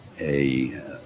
a,